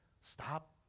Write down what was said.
stop